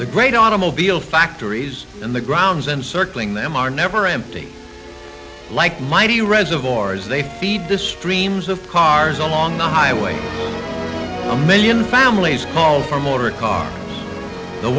the great automobile factories and the grounds encircling them are never empty like mighty reservoirs they feed the streams of cars along the highway a million families called for motor car the